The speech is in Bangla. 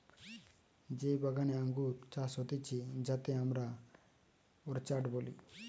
যেই বাগানে আঙ্গুর চাষ হতিছে যাতে আমরা অর্চার্ড বলি